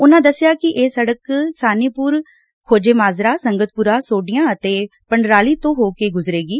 ਉਨੂਾਂ ਦਸਿਆ ਕਿ ਇਹ ਸੜਕ ਸ਼ਾਨੀਪੁਰ ਖੋਜੇਮਾਜਰਾ ਸੰਗਤਪੁਰਾ ਸੋਢੀਆਂ ਅਤੇ ਪੰਡਰਾਲੀ ਤੋਂ ਹੋ ਕੇ ਗੁਜ਼ਰੇਗੀ